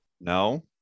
No